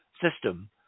system